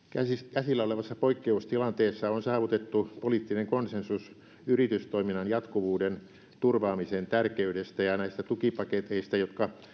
käsillä olevassa poikkeustilanteessa on saavutettu poliittinen konsensus yritystoiminnan jatkuvuuden turvaamisen tärkeydestä ja näistä tukipaketeista jotka